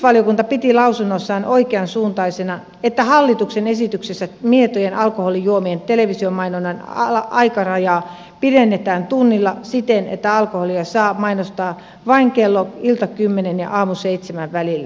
sivistysvaliokunta piti lausunnossaan oikeansuuntaisena että hallituksen esityksessä mietojen alkoholijuomien televisiomainonnan aikarajaa pidennetään tunnilla siten että alkoholia saa mainostaa vain kello iltakymmenen ja aamuseitsemän välillä